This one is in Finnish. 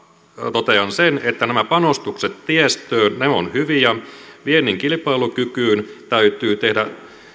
totean sen että nämä panostukset tiestöön ovat hyviä viennin kilpailukykyyn täytyy tehdä